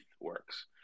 works